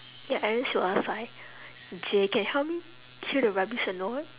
ya then she was like J can help me clear the rubbish or not